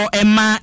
emma